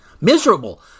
Miserable